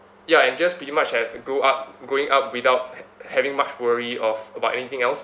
ya and just pretty much as grew up growing up without ha~ having much worry of about anything else